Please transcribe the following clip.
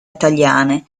italiane